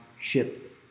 ship